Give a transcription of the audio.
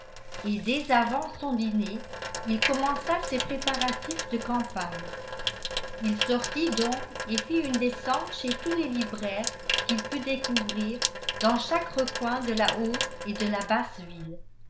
sentend et dès avant son dîner il commença ses préparatifs de campagne il sortit donc et fit une descente chez tous les libraires qu'il put découvrir dans chaque recoin de la haute et de la